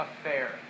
affair